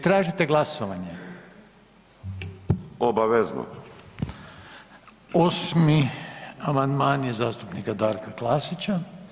Tražite glasovanje? [[Upadica Bulj: Obavezno.]] 8. amandman je zastupnika Darka Klasića.